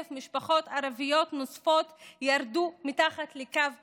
משפחות ערביות נוספות ירדו מתחת לקו העוני.